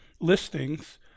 listings